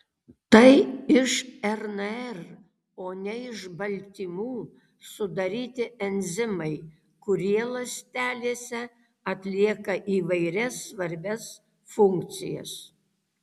tai iš rnr o ne iš baltymų sudaryti enzimai kurie ląstelėse atlieka įvairias svarbias funkcijas